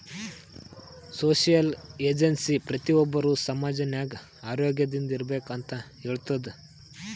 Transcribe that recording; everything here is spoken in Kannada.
ಸೋಶಿಯಲ್ ಏಜೆನ್ಸಿ ಪ್ರತಿ ಒಬ್ಬರು ಸಮಾಜ ನಾಗ್ ಆರೋಗ್ಯದಿಂದ್ ಇರ್ಬೇಕ ಅಂತ್ ಹೇಳ್ತುದ್